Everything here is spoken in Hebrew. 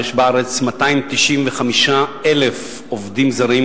יש 295,000 עובדים זרים,